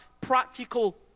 practical